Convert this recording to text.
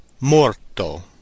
morto